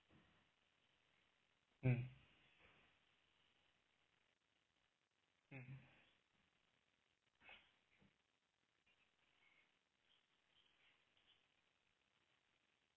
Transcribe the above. mm mmhmm